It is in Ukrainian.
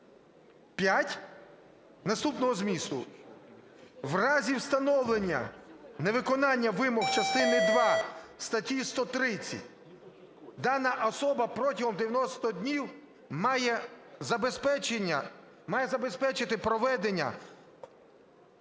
наступного змісту: "В разі встановлення невиконання вимог частини два статті 130 дана особа протягом 90 днів має забезпечити приведення